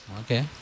Okay